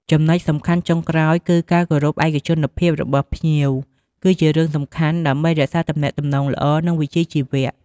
ចំណុចសំខាន់ចុងក្រោយគឺការគោរពឯកជនភាពរបស់ភ្ញៀវ គឺជារឿងសំខាន់ដើម្បីរក្សាទំនាក់ទំនងល្អ និងវិជ្ជាជីវៈ។